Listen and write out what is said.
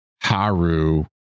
Haru